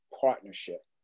partnership